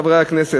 חברי הכנסת,